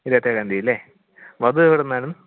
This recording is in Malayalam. ഇരുപത്തേഴാം തീയതി അല്ലേ വധു എവിടുന്നായിരുന്നു